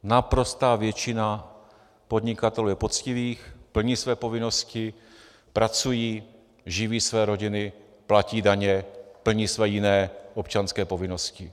Naprostá většina podnikatelů je poctivých, plní své povinnosti, pracují, živí své rodiny, platí daně, plní své jiné občanské povinnosti.